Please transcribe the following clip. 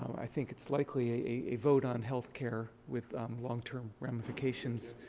i think it's likely, a vote on health care with long-term ramification.